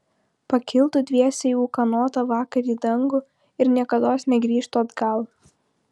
pakiltų dviese į ūkanotą vakarį dangų ir niekados negrįžtų atgal